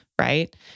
right